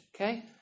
Okay